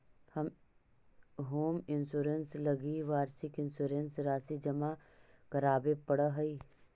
home insurance लगी वार्षिक insurance राशि जमा करावे पड़ऽ हइ